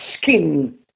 skin